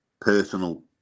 personal